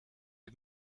die